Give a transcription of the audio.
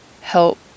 help